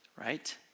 Right